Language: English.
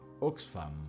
Oxfam